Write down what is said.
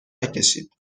نکشید